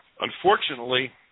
Unfortunately